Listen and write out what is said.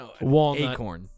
Walnut